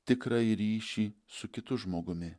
tikrąjį ryšį su kitu žmogumi